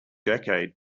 decade